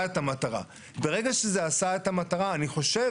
את חובת השילוט גם על העסקים הגדולים.